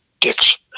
dicks